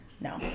No